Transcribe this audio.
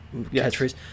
catchphrase